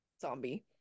zombie